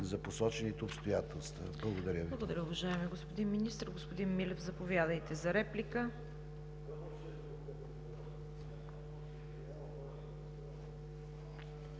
за посочените обстоятелства. Благодаря Ви.